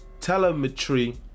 Telemetry